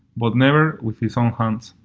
but never with his own hands.